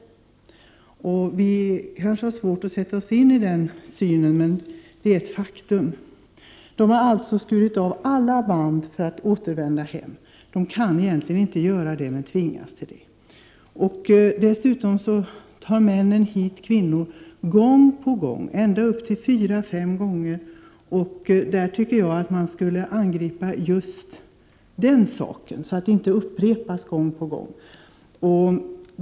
Vi kanske har svårt att sätta oss in i den synen, men det är ett faktum. De har skurit av alla band när de återvänder hem. De kan egentligen inte göra det, men tvingas till det. Dessutom tar män hit kvinnor gång på gång, ända upp till fyra fem gånger. 111 Jag tycker att man borde angripa just det förhållandet så att det inte upprepas gång på gång.